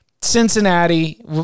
Cincinnati